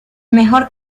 mejor